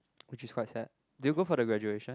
which is quite sad did you go for the graduation